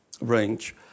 range